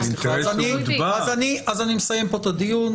אז אני מסיים פה את הדיון.